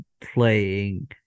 playing